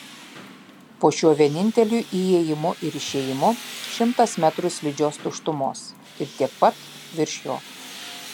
po šiuo vieninteliu įėjimu ir išėjimu šimtas metrų slidžios tuštumos ir tiek pat virš jo